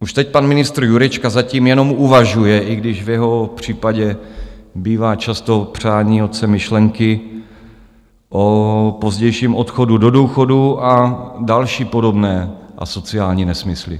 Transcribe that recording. Už teď pan ministr Jurečka zatím jenom uvažuje, i když v jeho případě bývá často přání otcem myšlenky, o pozdějším odchodu do důchodu a další podobné asociální nesmysly.